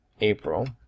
april